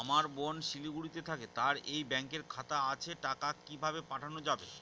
আমার বোন শিলিগুড়িতে থাকে তার এই ব্যঙকের খাতা আছে টাকা কি ভাবে পাঠানো যাবে?